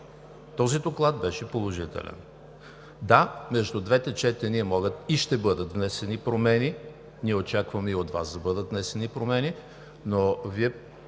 Този доклад беше положителен! Да, между двете четения могат и ще бъдат внесени промени, ние очакваме и от Вас да бъдат внесени промени. Но Вие